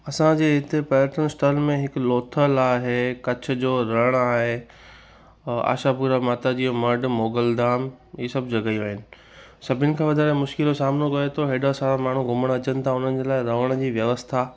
असांजे हिते पर्यटन स्थल में हिकु लोथल आहे कच्छ जो रण आहे आशापुरा माता जी जो मढ़ मोगल धाम ही सभु जॻहयूं आहिनि सभिनी खां वधारे मुश्किल जो सामिनो कयो अथऊं हेॾा सारा माण्हू घुमण अचनि था उन्हनि जे लाइ रहण जी व्यवस्था